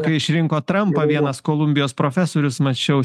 kai išrinko trampą vienas kolumbijos profesorius mačiau